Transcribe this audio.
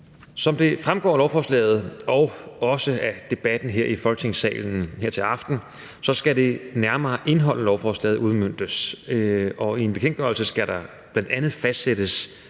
Som det fremgår af lovforslaget og også af debatten her i Folketingssalen her til aften, skal det nærmere indhold af lovforslaget udmøntes, og i en bekendtgørelse skal der bl.a. fastsættes